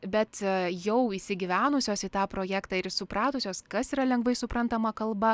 bet jau įsigyvenusios į tą projektą ir supratusios kas yra lengvai suprantama kalba